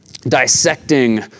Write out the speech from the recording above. dissecting